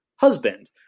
husband